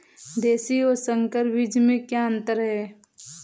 देशी और संकर बीज में क्या अंतर है?